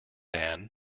anne